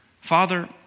father